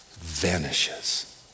vanishes